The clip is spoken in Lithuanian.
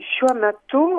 šiuo metu